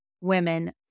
women